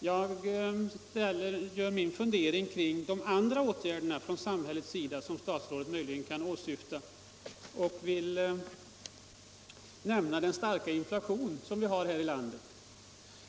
Jag gör min fundering här omkring de andra åtgärder från samhället som statsrådet möjligen kan åsyfta och vill nämna den starka inflation som råder här i landet.